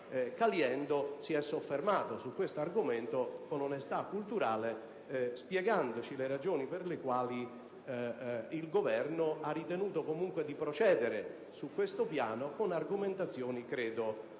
Caliendo si è soffermato su questo argomento con onestà culturale, spiegandoci le ragioni per le quali l'Esecutivo ha ritenuto comunque di procedere su questo piano, con argomentazioni credo